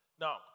Now